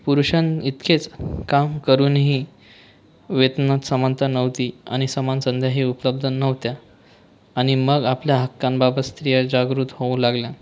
पुरुषांइतकेच काम करूनही वेतनात समानता नव्हती आणि समान संध्याही उपलब्ध नव्हत्या आणि मग आपल्या हक्कांबाबत स्त्रिया जागृत होऊ लागल्या